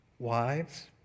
wives